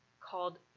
called